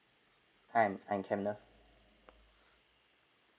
I am I am kenneth